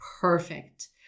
perfect